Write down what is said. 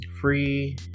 free